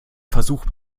versucht